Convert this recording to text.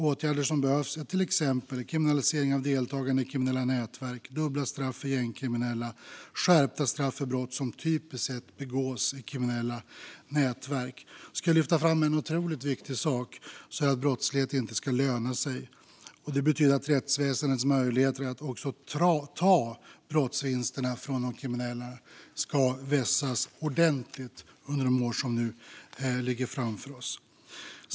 Åtgärder som behövs är till exempel kriminalisering av deltagande i kriminella nätverk, dubbla straff för gängkriminella och skärpta straff för brott som typiskt sett begås i kriminella nätverk. Jag ska lyfta fram en otroligt viktig sak för att brottslighet inte ska löna sig, nämligen att rättsväsendets möjligheter att ta brottsvinsterna från de kriminella ska vässas ordentligt under de år som nu ligger framför oss.